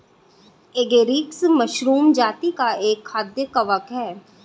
agaricus mushroom जाती का एक खाद्य कवक है